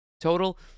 total